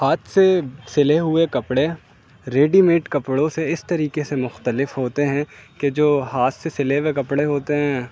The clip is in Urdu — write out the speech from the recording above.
ہاتھ سے سلے ہوئے کپڑے ریڈی میڈ کپڑوں سے اس طریقے سے مختلف ہوتے ہیں کہ جو ہاتھ سے سلے ہوئے کپڑے ہوتے ہیں